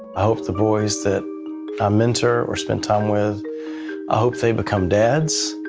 i hope the boys that i mentor or spend time with i hope they become dads.